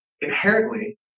inherently